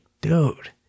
dude